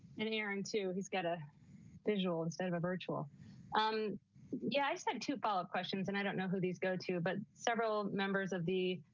and aaron to he's got a visual instead of a virtual um yeah i just had to follow up questions and i don't know who these go to, but several members of the